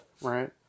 Right